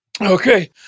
Okay